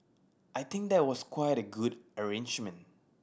I think that was quite a good arrangement